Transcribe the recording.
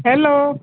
hello